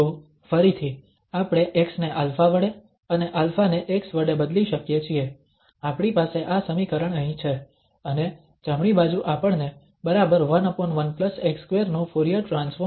તો ફરીથી આપણે x ને α વડે અને α ને x વડે બદલી શકીએ છીએ આપણી પાસે આ સમીકરણ અહીં છે અને જમણી બાજુ આપણને બરાબર 11x2 નું ફુરીયર ટ્રાન્સફોર્મ આપે છે